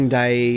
day